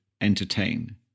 entertain